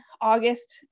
August